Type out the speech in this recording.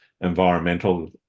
environmental